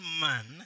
man